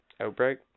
Outbreak